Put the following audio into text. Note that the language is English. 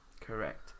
Correct